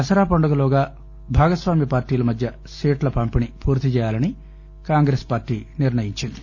దసరా పండుగలోగా భాగస్వామ్య పార్టీల మధ్య సీట్ల పంపిణీ పూర్తిచేయాలని కాంగ్రెస్ పార్టీ నిర్ణయించింది